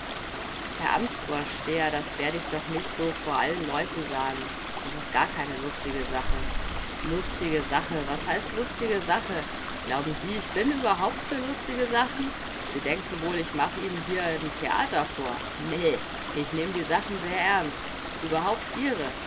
herr amtsvorsteher das werd ich wohl doch nicht so vor allen leuten sagen das ist gar keine lustige sache lustige sache was heißt lustige sache glauben sie ich bin überhaupt für lustige sachen sie denken wohl ich mach ihnen hier n theater vor nee ich nehm die sachen sehr ernst überhaupt ihre